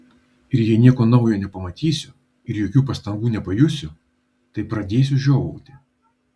ir jei nieko naujo nepamatysiu ir jokių pastangų nepajusiu tai pradėsiu žiovauti